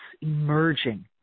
emerging